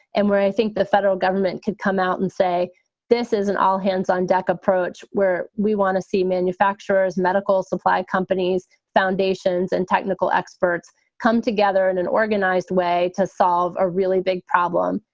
and we're i think the federal government could come out and say this is an all hands on deck approach where we want to see manufacturers, medical supply companies, foundations and technical experts come together in an organized way to solve a really big problem,